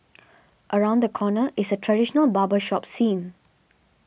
around the corner is a traditional barber shop scene